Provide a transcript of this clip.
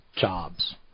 jobs